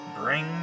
Bring